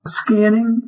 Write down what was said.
scanning